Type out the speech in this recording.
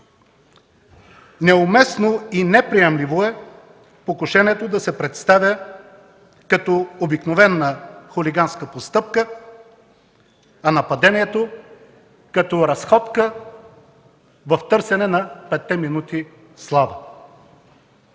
Неуместно и неприемливо е покушението да се представя като обикновена хулиганска постъпка, а нападението – като разходка в търсене на петте минути слава.